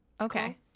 okay